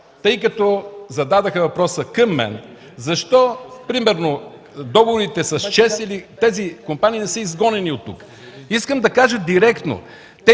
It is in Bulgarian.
Тъй като зададоха въпроса към мен: защо договорите с ЧЕЗ или тези компании не са изгонени оттук? Искам да кажа директно